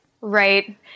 Right